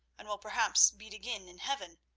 and will perhaps beat again in heaven,